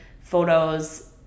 photos